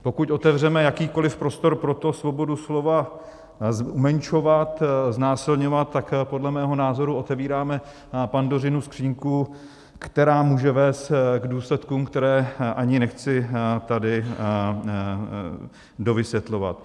Pokud otevřeme jakýkoliv prostor pro to, svobodu slova umenšovat, znásilňovat, tak podle mého názoru otevíráme Pandořinu skříňku, která může vést k důsledkům, které ani nechci tady dovysvětlovat.